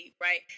right